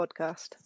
podcast